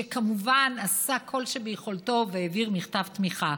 שכמובן עשה כל מה שביכולתו והעביר מכתב תמיכה,